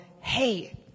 Hey